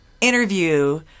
interview